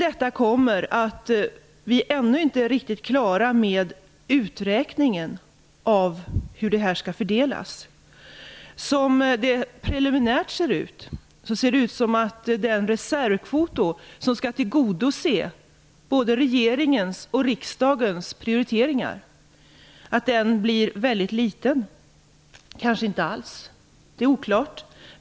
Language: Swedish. Dessutom är vi ännu inte riktigt klara med uträkningen av hur det här skall fördelas. Preliminärt verkar det som om den reservkvot som skall tillgodose både regeringens och riksdagens prioriteringar blir mycket liten. Det kanske inte ens blir någon reservkvot. Det är oklart.